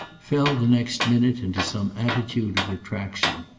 fell the next minute into some attitude of retractation.